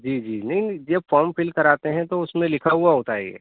جی جی نہیں جب فارم فل کراتے ہیں تو اس میں لکھا ہوا ہوتا ہے یہ